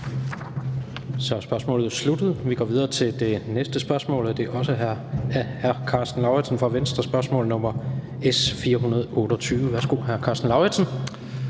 Så er spørgsmålet sluttet. Vi går videre til det næste spørgsmål, og det er også af hr. Karsten Lauritzen fra Venstre, spørgsmål nr. S 428. Kl. 16:08 Spm.